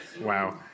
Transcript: Wow